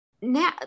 now